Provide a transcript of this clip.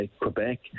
Quebec